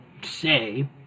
say